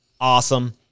awesome